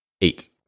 eight